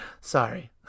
Sorry